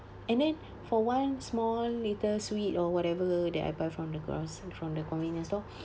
and then for one small little sweet or whatever that I buy from the groce~ from the convenient store